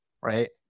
Right